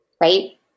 right